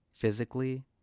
physically